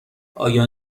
آیا